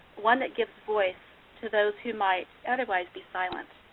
one that gives voice to those who might otherwise be silent.